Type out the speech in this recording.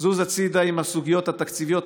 זוז הצידה עם הסוגיות התקציביות,